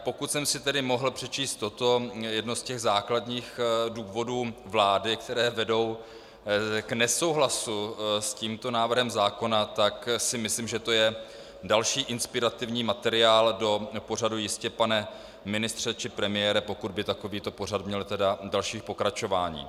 Pokud jsem si tedy mohl přečíst toto jedno z těch základních důvodů vlády, které vedou k nesouhlasu s tímto návrhem zákona, tak si myslím, že to je další inspirativní materiál do pořadu Jistě, pane ministře, či premiére, pokud by takovýto pořad měl tedy další pokračování.